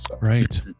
Right